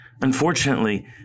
Unfortunately